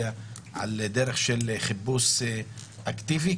אלא בדרך של חיפוש אקטיבי,